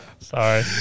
sorry